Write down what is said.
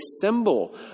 symbol